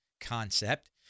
concept